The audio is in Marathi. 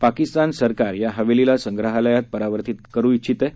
पाकिस्तान सरकार या हवेलीला संग्रहालयात परिवर्तीत करायचं आहे